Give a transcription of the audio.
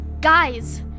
Guys